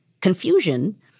confusion